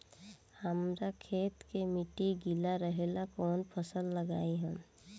हमरा खेत के मिट्टी गीला रहेला कवन फसल लगाई हम?